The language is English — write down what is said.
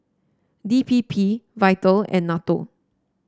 D P P Vital and NATO